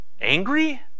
angry